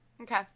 Okay